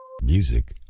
Music